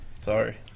Sorry